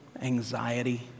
anxiety